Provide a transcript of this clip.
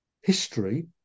History